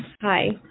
Hi